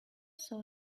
saw